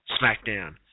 SmackDown